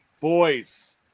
Boys